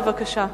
בבקשה.